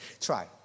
Try